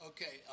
Okay